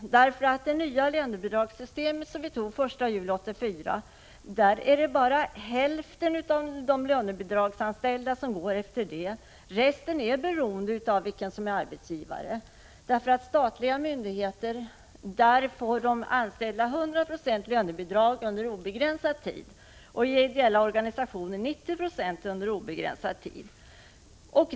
Det nya lönebidragssystem som vi beslutade om den 1 juli 1984 tillämpas för endast hälften av de lönebidragsanställda — resten är beroende av vem som är arbetsgivare. Vid statliga myndigheter får de anställda 100 96 i lönebidrag under obegränsad tid, och i ideella organisationer får de 90 26 under obegränsad tid.